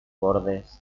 bordes